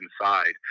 inside